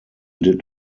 did